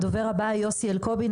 הדובר הבא הוא יוסי אלקובי,